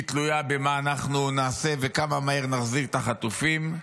היא תלויה במה אנחנו נעשה וכמה מהר נחזיר את החטופים.